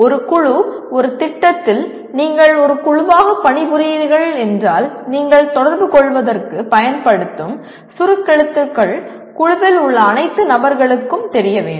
ஒரு குழு ஒரு திட்டத்தில் நீங்கள் ஒரு குழுவாக பணிபுரிகிறீர்கள் என்றால் நீங்கள் தொடர்புகொள்வதற்குப் பயன்படுத்தும் சுருக்கெழுத்துக்கள் குழுவில் உள்ள அனைத்து நபர்களுக்கும் தெரிய வேண்டும்